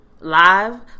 Live